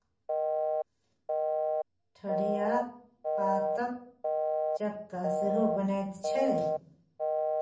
ठढियाक पातक चक्का सेहो बनैत छै